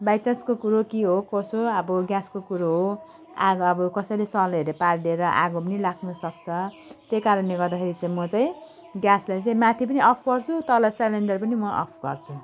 by चान्सको कुरो कि हो कसो अब ग्यासको कुरो हो आगो अब कसैले सलाइहरू पारिदिएर आगो पनि लाग्नुसक्छ त्यही कारणले गर्दाखेरि चाहिँ म चाहिँ ग्यासलाई चाहिँ माथि पनि अफ गर्छु तल सिलिन्डर पनि म अफ गर्छु